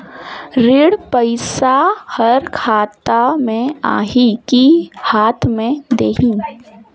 ऋण पइसा हर खाता मे आही की हाथ मे देही?